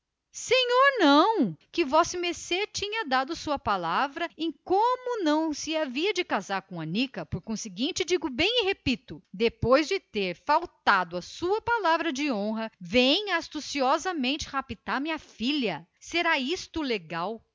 senhor não vossemecê deu-me a sua palavra em como nunca procuraria casar com anica por conseguinte digo e sustento depois de ter faltado à sua palavra de honra vem astuciosamente raptar minha filha será isto legal